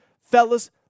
Fellas